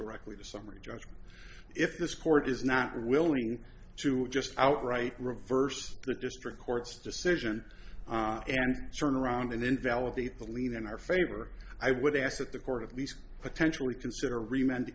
reckless summary judgment if this court is not willing to just outright reverse the district court's decision and turn around and invalidate the lead in our favor i would ask that the court of these potential reconsider remained